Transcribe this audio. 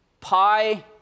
pi